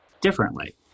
differently